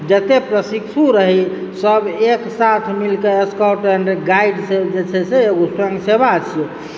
जते प्रशिक्षु रही सब एक साथ मिलके स्काउट एंड गाइड से जे छै से ओ स्वयं सेवा छिऐ